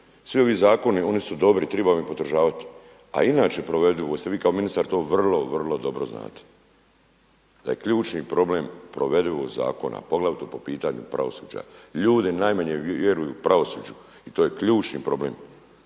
Svi ovi zakoni oni su dobri, treba ih podržati, a inače provedivost vi kao ministar vrlo, vrlo dobro znate, da je ključni problem provedivost zakona poglavito po pitanju pravosuđa. Ljudi najmanje vjeruju pravosuđu i to je ključni problem,